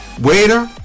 Waiter